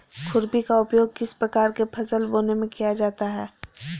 खुरपी का उपयोग किस प्रकार के फसल बोने में किया जाता है?